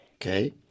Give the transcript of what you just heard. Okay